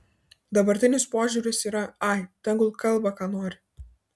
dabartinis požiūris yra ai tegul kalba ką nori